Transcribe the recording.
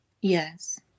Yes